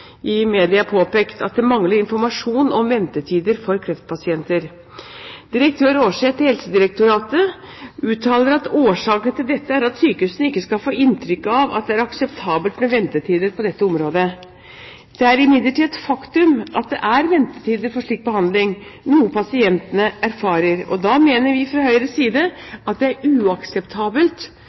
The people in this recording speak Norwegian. at det mangler informasjon om ventetider for kreftpasienter. Direktør Aarseth i Helsedirektoratet uttaler at årsaken til dette er at sykehusene ikke skal få inntrykk av at det er akseptabelt med ventetider på dette området. Det er imidlertid et faktum at det er ventetider for slik behandling, noe pasientene erfarer. Da mener vi fra Høyres side at det er uakseptabelt